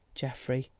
geoffrey!